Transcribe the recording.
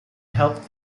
helped